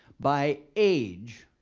by age,